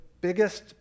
biggest